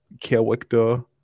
character